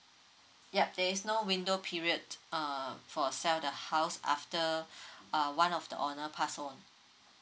yup there's no window period uh for sell the house after uh one of the honor pass on